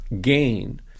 gain